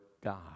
God